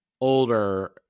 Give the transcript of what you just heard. older